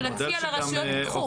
ולהציע לרשויות - קחו.